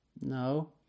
No